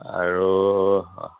আৰু